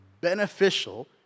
beneficial